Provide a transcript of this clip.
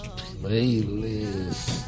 playlist